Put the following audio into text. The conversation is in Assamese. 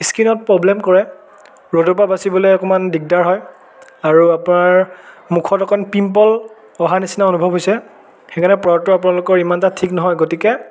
স্কীনত প্ৰবলেম কৰে ৰ'দৰ পৰা বাচিবলৈ অকণমান দিগদাৰ হয় আৰু আপোনাৰ মুখত অকণ পিম্পল অহাৰ নিচিনা অনুভৱ হৈছে সেইকাৰণে প্ৰডাক্টটো আপোনালোকৰ ইমান এটা ঠিক নহয় গতিকে